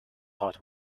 hot